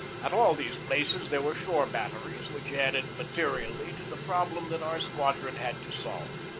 at all these places there were shore batteries, which added materially to the problem that our squadron had to solve.